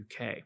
UK